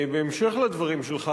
בהמשך לדברים שלך,